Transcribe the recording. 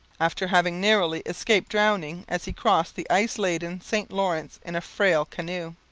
after having narrowly escaped drowning as he crossed the ice-laden st lawrence in a frail canoe.